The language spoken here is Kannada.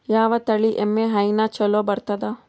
ಯಾವ ತಳಿ ಎಮ್ಮಿ ಹೈನ ಚಲೋ ಬರ್ತದ?